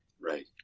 right